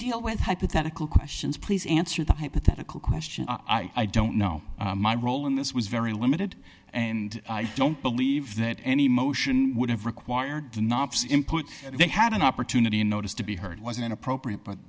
deal with hypothetical questions please answer the hypothetical question i don't know my role in this was very limited and i don't believe that any motion would have required the nobs input they had an opportunity a notice to be heard was inappropriate but